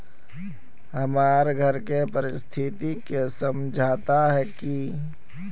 हमर घर के परिस्थिति के समझता है की?